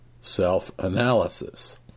self-analysis